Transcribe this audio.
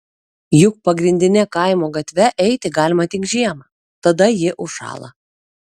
juk pagrindine kaimo gatve eiti galima tik žiemą tada ji užšąla